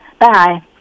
Bye